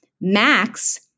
max